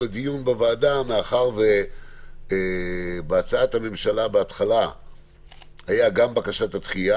מאחר שבהצעת הממשלה בהתחלה הייתה גם בקשת הדחייה